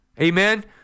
Amen